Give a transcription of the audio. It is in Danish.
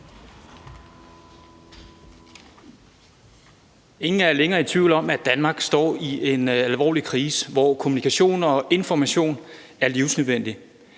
Ingen er længere i tvivl om, at Danmark står i en alvorlig krise, hvor kommunikation og information er livsnødvendig,